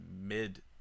Mid